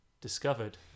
discovered